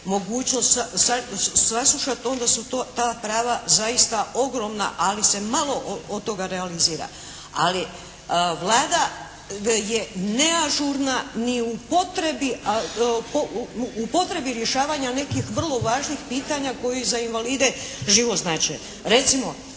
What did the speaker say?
mogućnost saslušat, onda su ta prava zaista ogromna ali se malo od toga realizira. Ali, Vlada je neažurna u potrebi rješavanja nekih vrlo važnih pitanja koji za invalide život znače. Recimo,